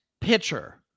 pitcher